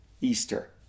Easter